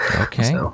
Okay